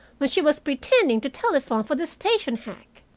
when she was pretending to telephone for the station hack.